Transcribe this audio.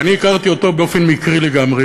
ואני הכרתי אותו באופן מקרי לגמרי,